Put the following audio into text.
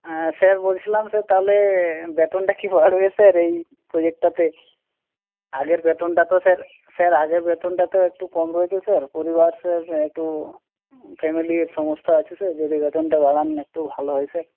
sir বলছিলাম sir তাহলে বেতনটা কি বাড়বে স্যার এই প্রোজেক্টটাতে আগের বেতনটা তো স্যার স্যার আগের বেতনটা তো একটু কম রয়েছে স্যার পরিবার স্যার একটু ফ্যামিলির সমস্যা আছে স্যার যদি বেতনটা বাড়ান একটু ভালো হয় স্যার